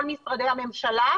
כל משרדי הממשלה,